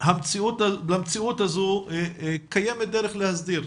המציאות הזו קיימת דרך להסדיר,